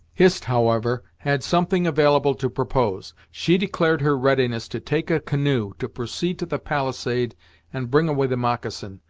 hist, however, had something available to propose. she declared her readiness to take a canoe, to proceed to the palisade and bring away the moccasin,